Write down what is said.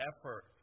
effort